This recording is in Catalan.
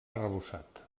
arrebossat